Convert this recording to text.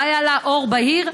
לו היה לה עור בהיר,